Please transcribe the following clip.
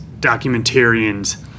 documentarians